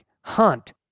hunt